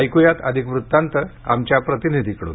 ऐक्या अधिक वृत्तांत आमच्या प्रतिनिधीकडून